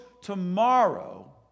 tomorrow